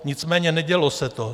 Nicméně nedělo se to.